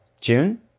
June